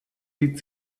sieht